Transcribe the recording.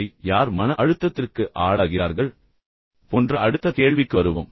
இப்போது யார் மன அழுத்தத்திற்கு ஆளாகிறார்கள் போன்ற அடுத்த கேள்விக்கு வருவோம்